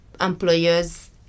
employers